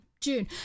June